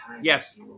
Yes